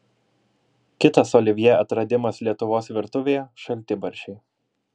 kitas olivjė atradimas lietuvos virtuvėje šaltibarščiai